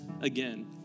again